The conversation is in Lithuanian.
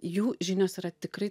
jų žinios yra tikrai